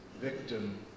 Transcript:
victim